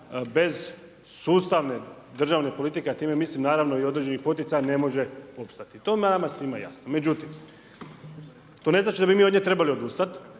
bez sustavne državne poklike, a time mislim, naravno i određeni poticaj ne može opstati. To je nama svima jasno. Međutim, to ne znači da bi mi od nje trebali odustati.